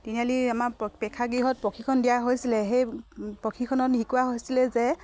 তিনিআলি আমাৰ প্ৰেক্ষাগৃহত প্ৰশিক্ষণ দিয়া হৈছিলে সেই প্ৰশিক্ষণ শিকোৱা হৈছিলে যে